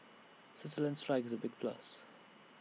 Switzerland's flag is A big plus